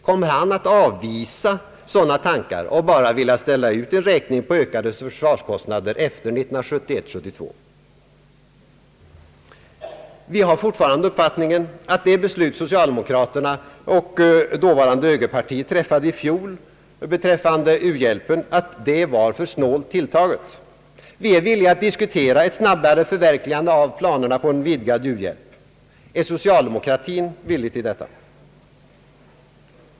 Kommer han att avvisa sådana tankar och bara vilja ställa ut en räkning på ökade försvarskostnader för tiden efter 1971/722? Vi har fortfarande den uppfattningen, att det beslut socialdemokraterna och dåvarande högerpartiet träffade i fjol innebar att u-hjälpen blev för snålt tilltagen. Vi är villiga att diskutera ett snabbare förverkligande av planerna för vidgad u-hjälp. Är socialdemokratin villig till detta?